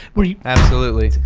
were you? absolutely.